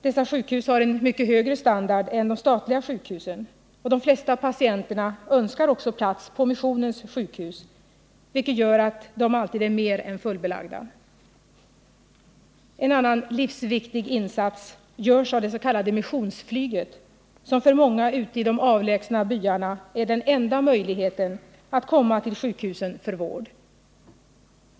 Dessa sjukhus har en mycket högre standard än de statliga sjukhusen, och de flesta patienterna önskar också plats på missionens sjukhus, vilket gör att de alltid är mer än fullbelagda. En annan viktig insats görs av det s.k. missionsflyget, som för många ute i de avlägsna byarna är den enda möjligheten att komma till sjukhusen för vård.